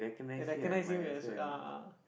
I recognize him as ah